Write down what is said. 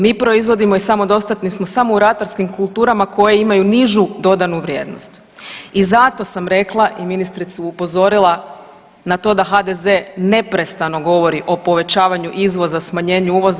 Mi proizvodimo i samodostatni smo samo u ratarskim kulturama koje imaju nižu dodanu vrijednost i zato sam rekla i ministricu upozorila na to da HDZ neprestano govori o povećanju izvoza, smanjenju uvoza.